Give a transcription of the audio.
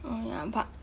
oh ya but